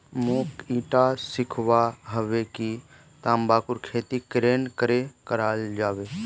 मोक ईटा सीखवा हबे कि तंबाकूर खेती केरन करें कराल जाबे